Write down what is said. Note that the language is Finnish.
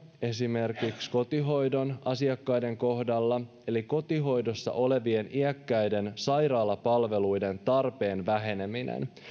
esimerkiksi tampereelta kotihoidon asiakkaiden kohdalla kotihoidossa olevien iäkkäiden sairaalapalveluiden tarpeen väheneminen